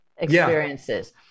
experiences